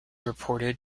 reported